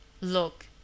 look